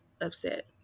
upset